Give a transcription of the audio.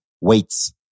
Weights